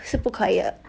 是不可以的